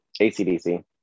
ACDC